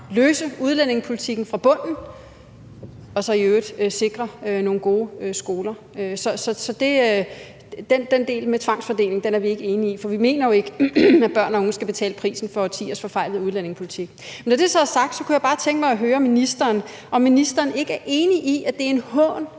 løse udlændingepolitikken fra bunden og så i øvrigt sikre nogle gode skoler. Så den del med tvangsfordeling er vi ikke enige i, for vi mener jo ikke, at børn og unge skal betale prisen for årtiers forfejlede udlændingepolitik. Når det så er sagt, kunne jeg bare tænke mig at høre ministeren, om ministeren ikke er enig i, at det er en hån